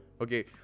okay